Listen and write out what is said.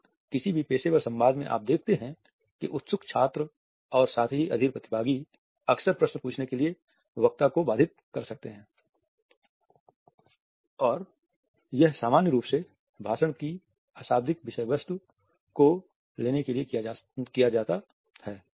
और किसी भी पेशेवर संवाद में आप देखते है कि उत्सुक छात्र और साथ ही अधीर प्रतिभागी अक्सर प्रश्न पूछने के लिए वक्ता को बाधित कर सकते हैं और यह सामान्य रूप से भाषण की अशाब्दिक विषय वस्तु को लेने के लिए किया जाता है